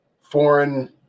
foreign